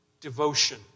devotion